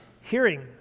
hearing